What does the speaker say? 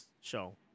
show